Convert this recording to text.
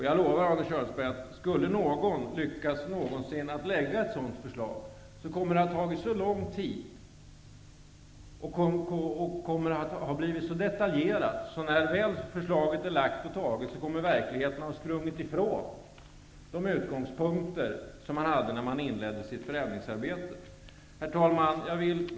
Jag lovar, Arne Kjörnsberg, att om någon någonsin lyckas framlägga ett sådant förslag kommer det att vara så detaljerat, att verkligheten, när förslaget väl läggs fram, kommer att ha sprungit från de utgångspunkter som man hade när man inledde sitt förändringsarbete. Herr talman!